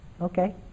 okay